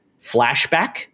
Flashback